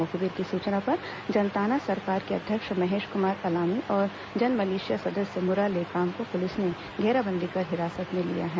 मुखबिर की सूचना पर जनताना सरकार के अध्यक्ष महेश कुमार अलामी और जनमिलिशिया सदस्य मुरा लेकाम को पुलिस ने घेराबंदी कर हिरासत में लिया है